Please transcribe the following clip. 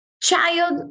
child